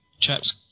chaps